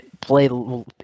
play